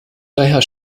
daher